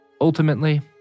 Ultimately